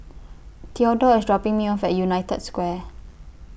Theodore IS dropping Me off At United Square